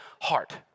heart